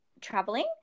traveling